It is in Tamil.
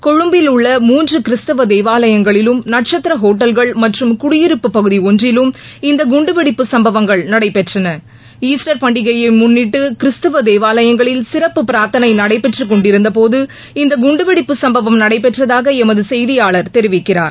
கொழும்பில் உள்ள மூன்று கிறிஸ்துவ தேவாலயங்களிலும் நட்சத்திர ஹோட்டல்கள் மற்றும் குடியிருப்பு பகுதி ஒன்றிலும் இந்த குண்டுவெடிப்பு சம்பவங்கள் நடைபெற்றன பண்டிகையை முன்னிட்டு கிறிஸ்துவ தேவாலயங்களில் சிறப்பு பிரார்த்தனை ஈஸ்டர் நடைபெற்றுக் கொண்டிருந்த போது இந்த குண்டுவெடிப்பு சம்பவம் நடைபெற்றதாக எமது செய்தியாளர் தெரிவிக்கிறார்